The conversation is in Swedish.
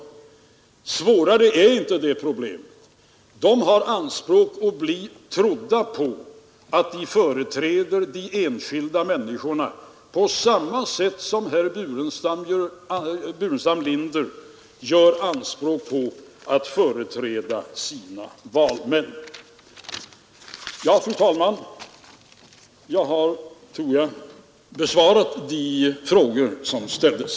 Svårare är inte det problemet. De har anspråk på att bli trodda på att de företräder de enskilda människorna på samma sätt som herr Burenstam Linder gör anspråk på att företräda sina valmän. Fru talman! Jag har, tror jag, besvarat de frågor som ställdes.